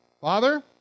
Father